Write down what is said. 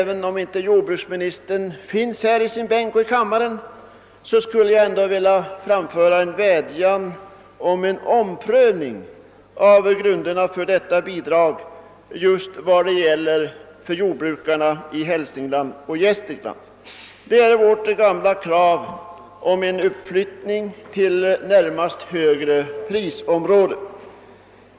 Trots att jordbruksministern för tillfället inte befinner sig i kammaren vill jag ändå framföra en vädjan till honom om en omprövning av grunderna för detta bidrag till jordbrukarna i Hälsingland och Gästrikland. Det gäller vårt gamla krav om uppflyttning till närmast högre prisområde.